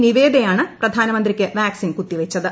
നിവേദയാണ് പ്രധാനമന്ത്രിക്ക് വാക്സിൻ കുത്തിവച്ചത്